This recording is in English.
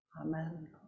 Amen